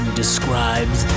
describes